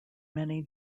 many